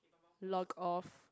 log off